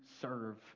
serve